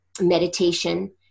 meditation